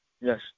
Yes